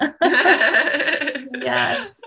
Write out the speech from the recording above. Yes